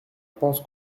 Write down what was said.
pans